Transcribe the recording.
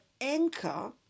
anchor